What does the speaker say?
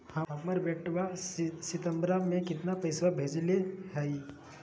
हमर बेटवा सितंबरा में कितना पैसवा भेजले हई?